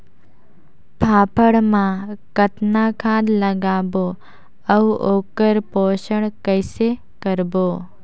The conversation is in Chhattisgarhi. फाफण मा कतना खाद लगाबो अउ ओकर पोषण कइसे करबो?